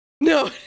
No